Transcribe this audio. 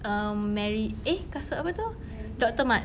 um merry eh kasut apa tu doctor mart